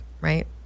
right